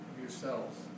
yourselves